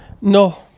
No